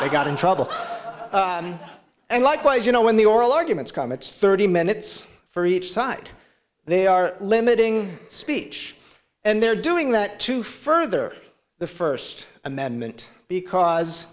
they got in trouble and likewise you know when the oral arguments come it's thirty minutes for each side they are limiting speech and they're doing that too fur rather the first amendment because